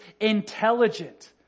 intelligent